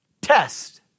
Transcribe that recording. Test